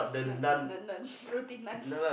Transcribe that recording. non non non non roti nan